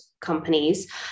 companies